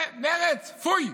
מרצ, פוי.